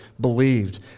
believed